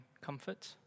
comfort